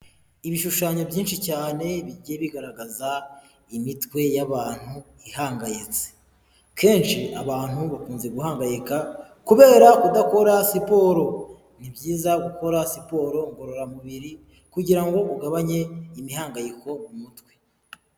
Ibishushanyo byinshi cyane bigiye bigaragaza imitwe y'abantu ihangayitse kenshi abantu bakunze guhangayika kubera kudakora siporo, ni byiza gukora siporo ngororamubiri kugira ngo ugabanye imihangayiko mu mutwe.